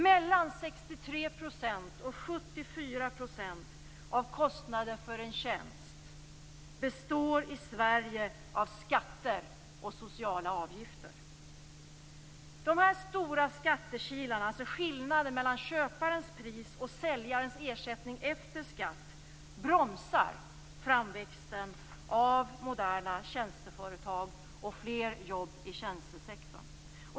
Mellan 63 % och 74 % av kostnaden för en tjänst består i Sverige av skatter och sociala avgifter. De här stora skattekilarna, alltså skillnaden mellan köparens pris och säljarens ersättning efter skatt, bromsar framväxten av moderna tjänsteföretag och fler jobb i tjänstesektorn.